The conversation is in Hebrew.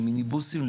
למיניבוסים,